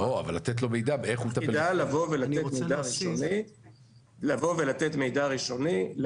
תפקידה לבוא ולתת מידע ראשוני.